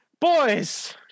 Boys